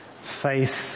Faith